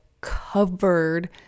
covered